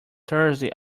thursday